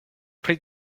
pri